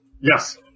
Yes